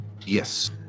Yes